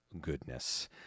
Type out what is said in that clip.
goodness